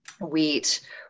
wheat